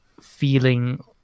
feeling